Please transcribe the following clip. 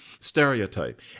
stereotype